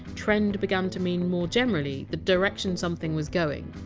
trend! began to mean more generally the direction something was going.